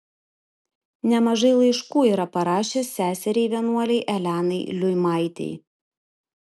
nemažai laiškų yra parašęs seseriai vienuolei elenai liuimaitei